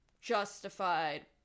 justified